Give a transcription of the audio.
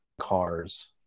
cars